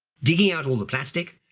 digging out all the plastic,